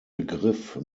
begriff